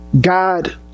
God